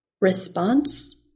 response